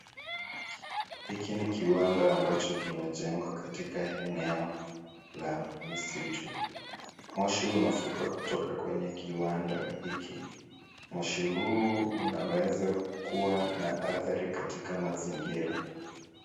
Hiki ni kiwanda ambacho kimejengwa katika eneo la misitu. Moshi unavuka kutoka kwenye kiwanda hiki. Moshi huu unaweza kuwa na athari katika mazingira.